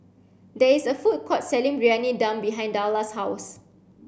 there is a food court selling Briyani Dum behind Darla's house